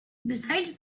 besides